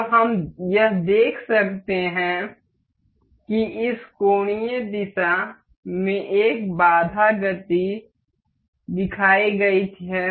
अब हम यह देख सकते हैं कि इस कोणीय दिशा में एक बाधा गति दिखाई देती है